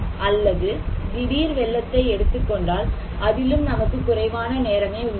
அல்லது திடீர் வெள்ளத்தை எடுத்துக்கொண்டால் அதிலும் நமக்கு குறைவான நேரமே உள்ளது